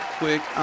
quick